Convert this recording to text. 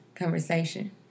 conversation